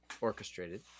orchestrated